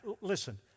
listen